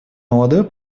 молодое